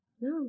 No